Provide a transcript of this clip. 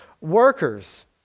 workers